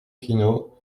pinault